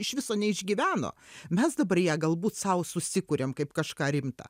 iš viso neišgyveno mes dabar ją galbūt sau susikuriam kaip kažką rimtą